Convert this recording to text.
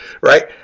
Right